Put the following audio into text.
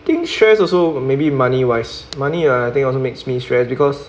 think stress also maybe money wise money ah I think also makes me stress because